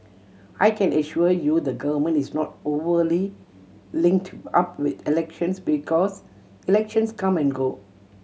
I can assure you the Government is not overly linked up with elections because elections come and go